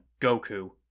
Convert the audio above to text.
Goku